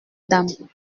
dame